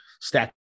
stack